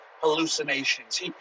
hallucinations